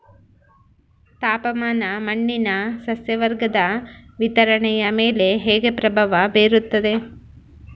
ತಾಪಮಾನ ಮಣ್ಣಿನ ಸಸ್ಯವರ್ಗದ ವಿತರಣೆಯ ಮೇಲೆ ಹೇಗೆ ಪ್ರಭಾವ ಬೇರುತ್ತದೆ?